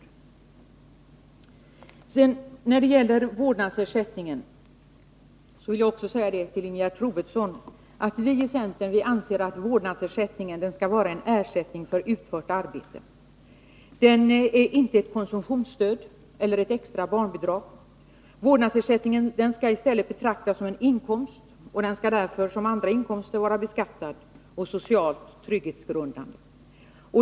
Då det sedan gäller vårdnadsersättningen vill jag till Ingegerd Troedsson säga att vi i centern anser att vårdnadsersättningen skall vara en ersättning för Nr 114 utfört arbete. Den är inte ett konsumtionsstöd eller ett extra barnbidrag. Fredagen den Vårdnadsersättningen skall i stället betraktas som en inkomst, och den skall 8 april 1983 därför som andra inkomster vara beskattad och socialt trygghetsgrundande.